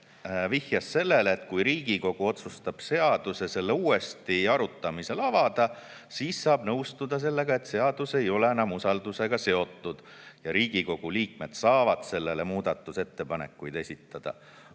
vihjas sellele, et kui Riigikogu otsustab seaduse selle uuesti arutamisel avada, siis saab nõustuda sellega, et seadus ei ole enam usaldusega seotud ja Riigikogu liikmed saavad selle kohta muudatusettepanekuid esitada,